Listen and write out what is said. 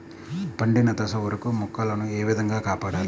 పండిన దశ వరకు మొక్కల ను ఏ విధంగా కాపాడాలి?